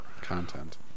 Content